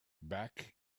back